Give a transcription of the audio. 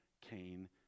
Cain